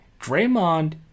Draymond